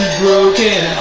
broken